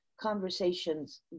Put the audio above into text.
conversations